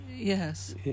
Yes